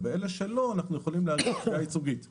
ובאלה שלא אנחנו יכולים להגיש תביעה ייצוגית כוללת.